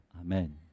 Amen